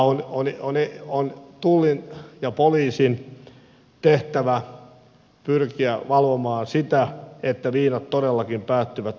on tullin ja poliisin tehtävä pyrkiä valvomaan sitä että viinat todellakin päätyvät omaan käyttöön